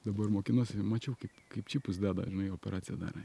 dabar mokinuosi mačiau kaip kaip čipus deda žinai operaciją darai